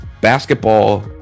basketball